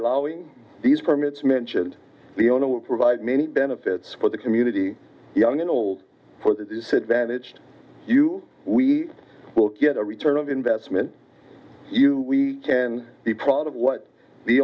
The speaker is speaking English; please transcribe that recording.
allowing these permits mentioned the owner will provide many benefits for the community young and old for the disadvantaged you we will get a return of investment you we can be proud of what the